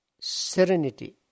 serenity